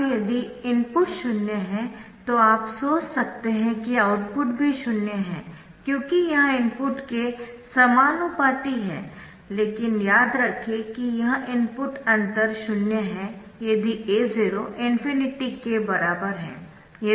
अब यदि इनपुट शून्य है तो आप सोच सकते है कि आउटपुट भी शून्य है क्योंकि यह इनपुट के समानुपाती है लेकिन याद रखें कि यह इनपुट अंतर शून्य है यदि A0 ∞ के बराबर है